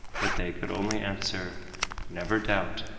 but they could only answer never doubt,